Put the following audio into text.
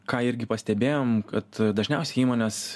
ką irgi pastebėjom kad dažniausiai įmonės